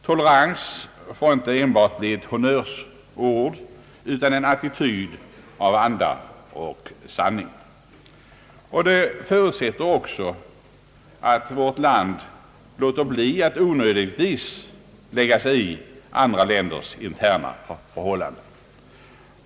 Tolerans får inte enbart bli ett honnörsord utan måste vara en attityd i anda och sanning. En sådan politik förutsätter också att vårt land låter bli att onödigtvis lägga sig i andra länders interna förhållanden.